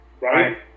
right